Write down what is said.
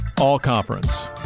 All-Conference